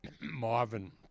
Marvin